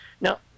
now